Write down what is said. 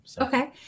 Okay